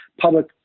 public